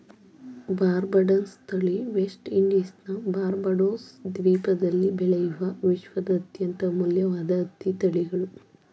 ಬಾರ್ಬಡನ್ಸ್ ತಳಿ ವೆಸ್ಟ್ ಇಂಡೀಸ್ನ ಬಾರ್ಬಡೋಸ್ ದ್ವೀಪದಲ್ಲಿ ಬೆಳೆಯುವ ವಿಶ್ವದ ಅತ್ಯಂತ ಅಮೂಲ್ಯವಾದ ಹತ್ತಿ ತಳಿಗಳು